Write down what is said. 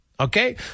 Okay